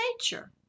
nature